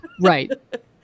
right